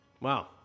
Wow